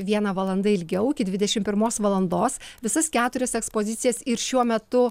viena valanda ilgiau iki dvidešim pirmos valandos visas keturias ekspozicijas ir šiuo metu